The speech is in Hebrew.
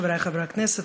חברי חברי הכנסת,